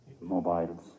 Mobiles